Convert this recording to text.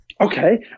Okay